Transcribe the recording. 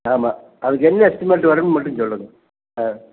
ஆமாம் அதுக்கு என்ன எஸ்டிமேட் வரும்னு மட்டும் சொல்லுங்கள் ஆ